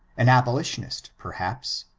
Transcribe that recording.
an abolitionist perhaps,